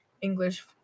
English